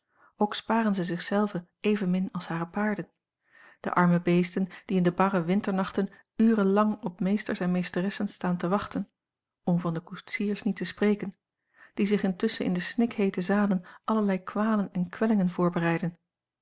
ook sparen zij zich zelven evenmin als hare paarden de arme beesten die in de barre winternachten uren lang op meesters en meesteressen staan te wachten om van de koetsiers niet te spreken die zich intusschen in de snikheete zalen allerlei kwalen en kwellingen voorbereiden